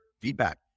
feedback